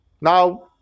Now